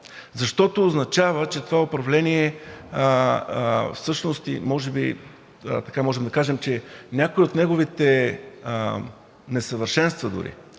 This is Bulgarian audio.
защото означава, че това управление – всъщност може би можем да кажем, че някои от неговите несъвършенства, дори